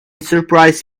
surprise